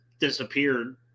Disappeared